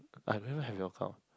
I've never had your account